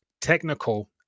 technical